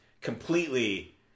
completely